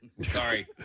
Sorry